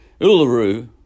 Uluru